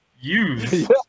use